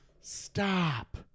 stop